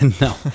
No